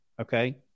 Okay